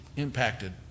Impacted